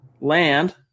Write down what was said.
land